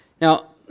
Now